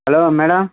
hello madam